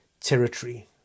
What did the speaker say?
territory